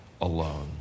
alone